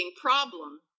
problem